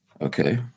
okay